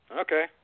Okay